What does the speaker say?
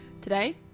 today